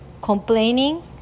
complaining